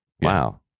Wow